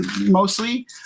mostly